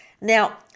Now